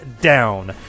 down